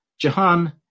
Jahan